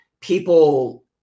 people